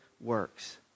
works